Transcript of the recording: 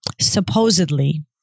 Supposedly